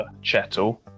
Chettle